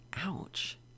Ouch